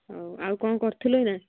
ହଉ ଆଉ କ'ଣ କରିଥିଲ ଏନା